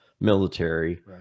military